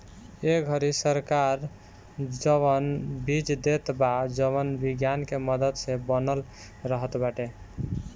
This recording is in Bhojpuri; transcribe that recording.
ए घरी सरकार जवन बीज देत बा जवन विज्ञान के मदद से बनल रहत बाटे